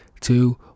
two